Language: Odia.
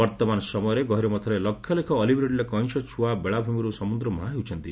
ବର୍ଉମାନ ସମୟରେ ଗହୀରମଥାରେ ଲକ୍ଷଲକ ଅଲିଭ୍ ରିଡ୍ଲେ କଇଁଛ ଛଆ ବେଳାଭୂମିରୁ ସମୁଦ୍ରମୁହାଁ ହେଉଛନ୍ତି